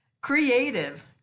Creative